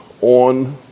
on